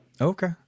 Okay